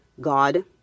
God